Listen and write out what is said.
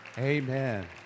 Amen